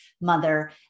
mother